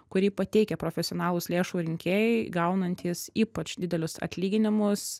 kurį pateikia profesionalūs lėšų rinkėjai gaunantys ypač didelius atlyginimus